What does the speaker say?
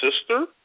sister